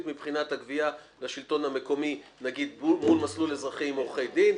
מבחינת הגבייה לשלטון המקומי מול מסלול אזרחי עם עורכי דין,